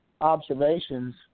observations